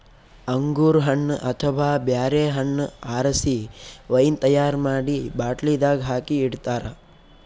ಅಂಗೂರ್ ಹಣ್ಣ್ ಅಥವಾ ಬ್ಯಾರೆ ಹಣ್ಣ್ ಆರಸಿ ವೈನ್ ತೈಯಾರ್ ಮಾಡಿ ಬಾಟ್ಲಿದಾಗ್ ಹಾಕಿ ಇಡ್ತಾರ